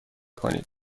کنید